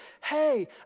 hey